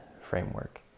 framework